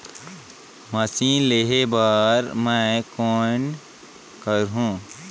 Machine लेहे बर मै कौन करहूं?